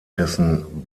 dessen